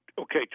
Okay